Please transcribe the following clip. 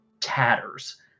tatters